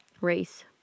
race